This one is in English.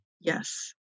Yes